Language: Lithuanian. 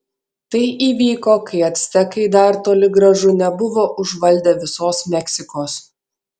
tai įvyko kai actekai dar toli gražu nebuvo užvaldę visos meksikos